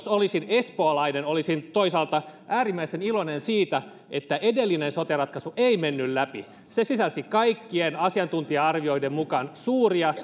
olisin espoolainen olisin toisaalta äärimmäisen iloinen siitä että edellinen sote ratkaisu ei mennyt läpi se sisälsi kaikkien asiantuntija arvioiden mukaan suuria